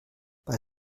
bei